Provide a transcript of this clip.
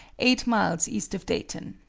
eight miles east of dayton.